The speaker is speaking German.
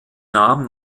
nahm